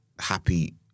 happy